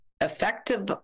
effective